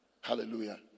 Hallelujah